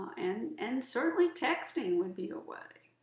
and and certainly, texting would be a way.